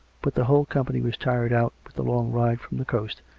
but the whole company was tired out with the long ride from the coast,